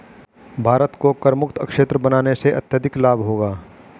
भारत को करमुक्त क्षेत्र बनाने से अत्यधिक लाभ होगा